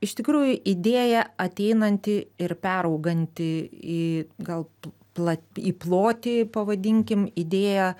iš tikrųjų idėja ateinanti ir perauganti į gal pla į plotį pavadinkim idėja